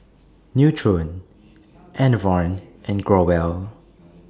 Nutren Enervon and Growell